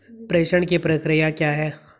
प्रेषण की प्रक्रिया क्या है?